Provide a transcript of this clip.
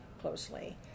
closely